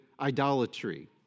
idolatry